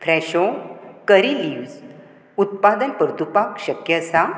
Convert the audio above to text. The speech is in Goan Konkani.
फ्रॅशो करी लिव्ज उत्पादन परतुवपाक शक्य आसा